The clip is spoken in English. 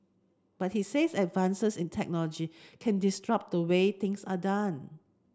but he says advances in technology can disrupt the way things are done